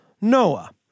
Noah